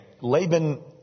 Laban